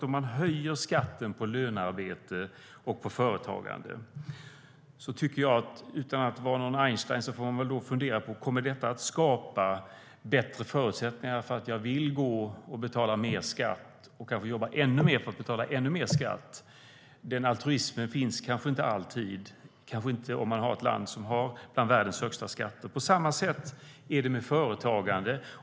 Om man höjer skatten på lönearbete och på företagande får man, utan att vara någon Einstein, fundera på om detta kommer att skapa bättre förutsättningar för att människor ska vilja betala mer skatt och kanske jobba ännu mer för att betala ännu mer skatt. Denna altruism kanske inte alltid finns i ett land som har bland världens högsta skatter. På samma sätt är det med företagande.